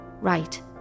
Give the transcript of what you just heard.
Right